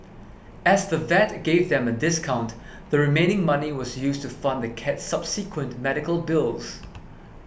as the vet gave them a discount the remaining money was used to fund the cat's subsequent medical bills